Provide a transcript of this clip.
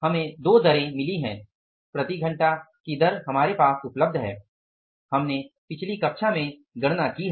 हमें दो दरें मिली हैं प्रति घंटा की दर हमारे पास उपलब्ध हैं हमने पिछली कक्षा में गणना की है